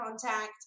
contact